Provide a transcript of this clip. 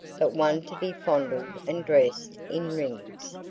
but one to be fondled and dressed in rings,